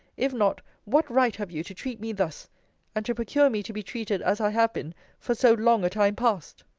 if not, what right have you to treat me thus and to procure me to be treated as i have been for so long a time past?